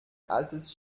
altes